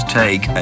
take